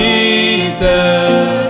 Jesus